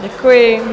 Děkuji.